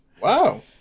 Wow